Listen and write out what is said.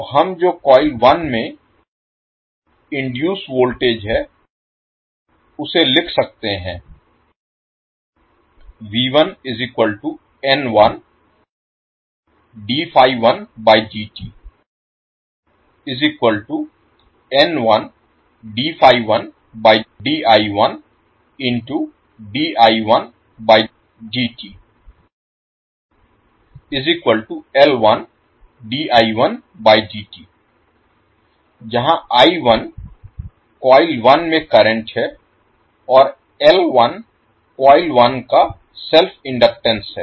तो हम जो कॉइल 1 में इनडुइस वोल्टेज है उसे लिख सकते है जहां कॉइल 1 में करंट है और कॉइल 1 का सेल्फ इनडक्टेंस है